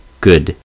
good